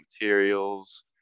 materials